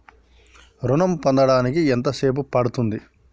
ఋణం పొందడానికి ఎంత సేపు పడ్తుంది?